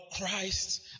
Christ